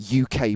UK